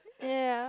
ya ya ya